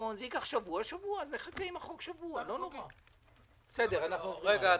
עכשיו בדוח דו- חודשי יהיה 6,000. תסביר את